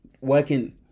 working